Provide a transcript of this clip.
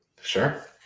Sure